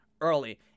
early